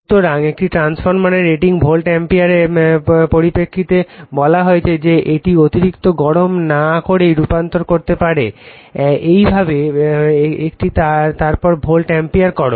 সুতরাং একটি ট্রান্সফরমারের রেটিং ভোল্ট অ্যাম্পিয়ারের পরিপ্রেক্ষিতে বলা হয়েছে যে এটি অতিরিক্ত গরম না করেই রূপান্তর করতে পারে এইভাবে এটিকে তারপর ভোল্ট অ্যাম্পিয়ার করো